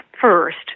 first